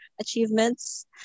achievements